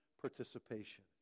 participation